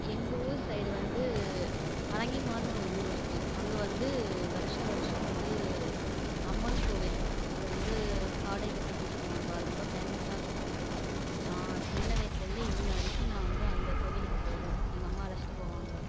எங்கள் ஊர் சைடு வந்து வலங்கைமான்னு ஒரு ஊர் இருக்கு அங்கே வந்து வருஷம் வருஷம் வந்து அம்மன் கோவில் அது வந்து பாடைக்கட்டி தூக்குவாங்க அது ரொம்ப ஃபேமஸ்ஸாக இருக்கும் நான் சின்ன வயசில் இருந்தே இன்ன வரைக்கும் நான் வந்து அந்த கோவிலுக்கு போவோம் எங்கள் அம்மா அழைச்சிட்டு போவாங்க